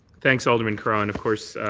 thanks, alderman carra. and, of course,